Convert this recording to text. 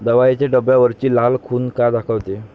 दवाईच्या डब्यावरची लाल खून का दाखवते?